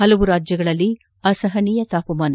ಹಲವು ರಾಜ್ಯಗಳಲ್ಲಿ ಅಸಹನೀಯ ತಾಪಮಾನ